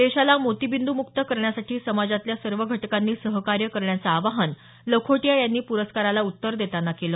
देशाला मोतीबिंद् मुक्त करण्यासाठी समाजातल्या सर्व घटकांनी सहकार्य करण्याचं आवाहन लखोटीया यांनी प्रस्काराला उत्तर देतांना केलं